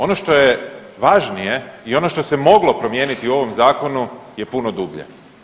Ono što je važnije i ono što se moglo promijeniti u ovom zakonu je puno dublje.